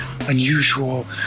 unusual